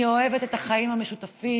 אני אוהבת את החיים המשותפים,